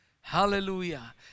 Hallelujah